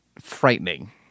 frightening